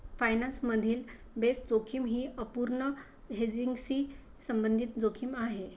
finance मधील base जोखीम ही अपूर्ण हेजिंगशी संबंधित जोखीम आहे